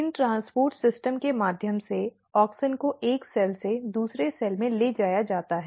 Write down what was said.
इन परिवहन प्रणालियों के माध्यम से ऑक्सिन को एक सेल से दूसरे सेल में ले जाया जा रहा है